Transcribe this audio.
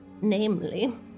namely